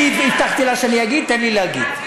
אני הבטחתי לה שאני אגיד, תן לי להגיד.